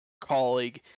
colleague